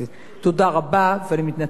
אני מתנצלת אם הארכתי בדברי.